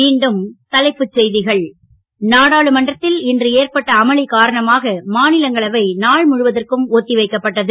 மீண்டும் தலைப்புச் செய்திகள் நாடாளுமன்றத்தில் இன்று ஏற்பட்ட அமளி காரணமாக மாநிலங்களவை நாள் முழுவதற்கும் ஒத்திவைக்கப்பட்டது